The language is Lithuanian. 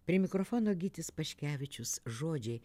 prie mikrofono gytis paškevičius žodžiai